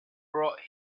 brought